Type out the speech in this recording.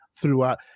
throughout